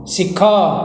ଶିଖ